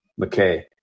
McKay